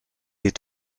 est